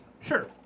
Sure